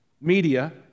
media